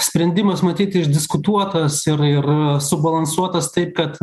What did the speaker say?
sprendimas matyt išdiskutuotas ir ir subalansuotas taip kad